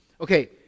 Okay